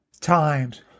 times